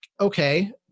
Okay